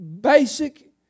basic